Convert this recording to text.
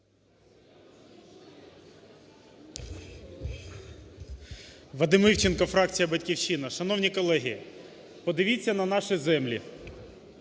Вадим Івченко, фракція "Батьківщина". Шановні колеги, подивіться на наші землі: